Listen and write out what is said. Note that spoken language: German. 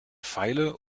feile